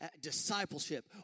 discipleship